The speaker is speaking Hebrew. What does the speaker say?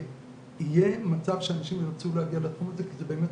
שיהיה מצב שאנשים ירצו להגיע לתחום הזה כי זה באמת,